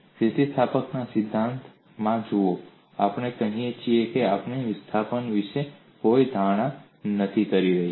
સ્થિતિસ્થાપકતાના સિદ્ધાંતમાં જુઓ આપણે કહીએ છીએ કે આપણે વિસ્થાપન વિશે કોઈ ધારણા નથી કરી રહ્યા